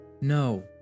No